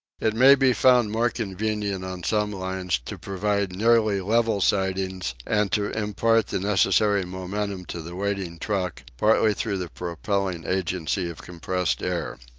it may be found more convenient on some lines to provide nearly level sidings and to impart the necessary momentum to the waiting truck, partly through the propelling agency of compressed air.